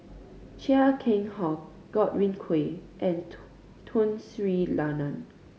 Chia Keng Hock Godwin Koay and Tun Sri Lanang